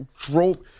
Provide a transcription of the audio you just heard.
drove